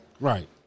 Right